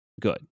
good